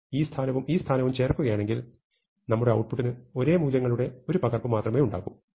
ഈ സ്ഥാനവും ഈ സ്ഥാനവും ചേർക്കുകയാണെങ്കിൽ നമ്മുടെ ഔട്ട്പുട്ടിന് ഒരേ മൂല്യങ്ങളുടെ ഒരു പകർപ്പ് മാത്രമേ ഉണ്ടാകൂ